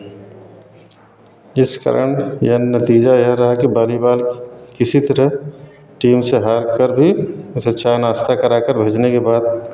जिस कारण यह नतीजा यह रहा कि बालीबाल किसी तरह टीम से हारकर भी चाय नाश्ता कराकर भेजने के बाद